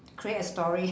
create a story